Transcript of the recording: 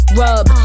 rub